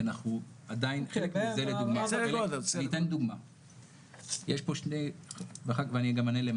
אני אתן דוגמה ואני גם אענה.